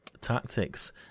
tactics